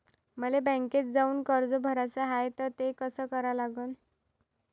मले बँकेत जाऊन कर्ज भराच हाय त ते कस करा लागन?